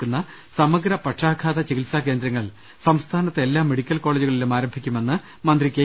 ക്കുന്ന സമഗ്ര പക്ഷാഘാത ചികിത്സാകേന്ദ്രങ്ങൾ സംസ്ഥാനത്തെ എല്ലാ മെഡി ക്കൽ കോളേജുകളിലും ആരംഭിക്കുമെന്ന് മന്ത്രി കെ